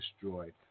destroyed